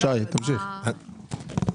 ישי תמשיך.